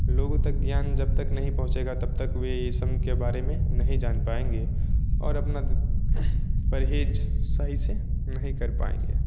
लोगों तक ज्ञान जब तक नहीं पहुँचेगा तब तक वे इन सब के बारे में नहीं जान पाएँगे और अपना परहेज़ सही से नहीं कर पाएँगे